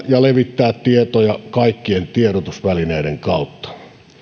ja levittää tietoja kaikkien tiedotusvälineiden kautta